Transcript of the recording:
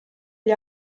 gli